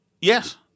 Yes